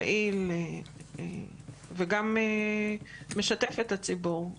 פעיל וגם משתף את הציבור.